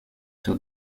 sur